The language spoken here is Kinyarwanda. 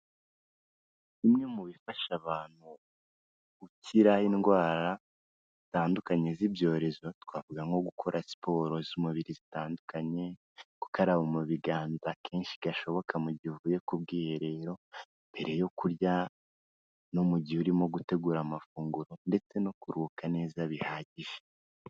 Bimwe mu bifasha abantu gukira indwara zitandukanye z'ibyorezo twavuga nko gukora siporo z'umubiri zitandukanye, gukaraba mu biganda kenshi gashoboka mu gihe uvuye ku bwiherero mbere yo kurya no mu gihe urimo gutegura amafunguro ndetse no kuruhuka neza bihagije.